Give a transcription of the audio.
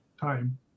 time